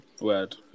Word